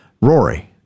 Rory